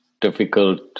difficult